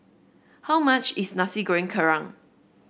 how much is Nasi Goreng Kerang